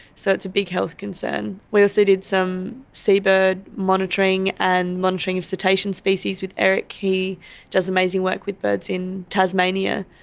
so it's a big health concern. we also did some seabird monitoring and monitoring of cetacean species with eric, he does amazing work with birds in tasmania.